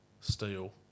steel